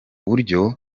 buryo